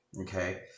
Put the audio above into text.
okay